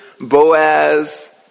Boaz